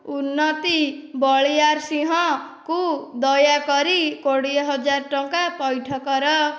ଉନ୍ନତି ବଳିଆରସିଂହକୁ ଦୟାକରି କୋଡ଼ିଏ ହଜାର ଟଙ୍କା ପଇଠ କର